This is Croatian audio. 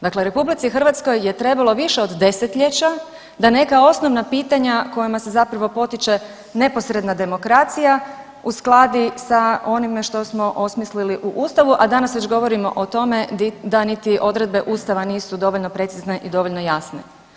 Dakle, RH je trebalo više od 10-ljeća da neka osnovna pitanja kojima se zapravo potiče neposredna demokracija uskladi sa onime što smo osmislili u ustavu, a danas već govorimo o tome da niti odredbe ustava nisu dovoljno precizne i dovoljno jasne.